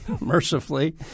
mercifully